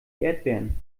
erdbeeren